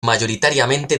mayoritariamente